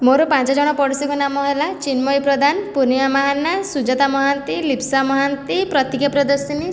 ମୋର ପାଞ୍ଚଜଣ ପଡ଼ୋଶୀଙ୍କ ନାମ ହେଲା ଚିନ୍ମୟୀ ପ୍ରଧାନ ପୂର୍ଣ୍ଣିମା ମହାନା ସୁଜାତା ମହାନ୍ତି ଲିପ୍ସା ମହାନ୍ତି ପ୍ରତୀକ୍ଷା ପ୍ରିୟଦର୍ଶିନୀ